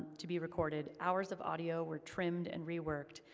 to be recorded, hours of audio were trimmed and reworked,